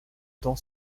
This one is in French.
temps